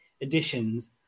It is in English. additions